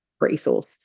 resource